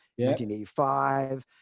1985